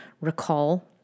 recall